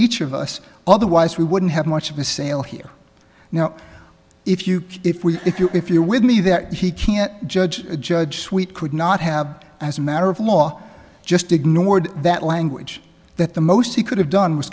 each of us otherwise we wouldn't have much of a sale here now if you can if we if you if you're with me that he can't judge a judge suite could not have as a matter of law just ignored that language that the most he could have done was